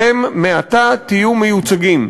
אתם מעתה תהיו מיוצגים.